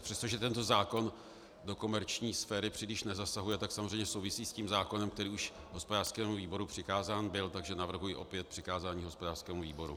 Přestože tento zákon do komerční sféry příliš nezasahuje, tak samozřejmě souvisí s tím zákonem, který už hospodářskému výboru přikázán byl, takže navrhuji opět přikázání hospodářskému výboru.